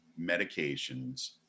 medications